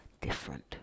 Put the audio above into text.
different